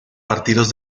partidos